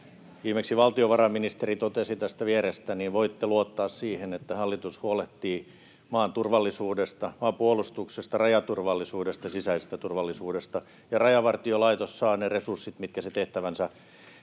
viimeksi valtiovarainministeri totesi tästä vierestä, voitte luottaa siihen, että hallitus huolehtii maan turvallisuudesta, maanpuolustuksesta, rajaturvallisuudesta ja sisäisestä turvallisuudesta. Rajavartiolaitos saa ne resurssit, mitkä se tehtävänsä